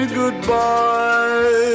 goodbye